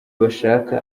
bashaka